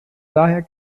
daher